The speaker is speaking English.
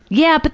yeah. but